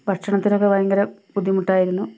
ഭക്ഷണത്തിനൊക്കെ ഭയങ്കര ബുദ്ധിമുട്ടായിരുന്നു